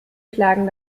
klagen